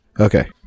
Okay